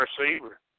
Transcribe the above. receiver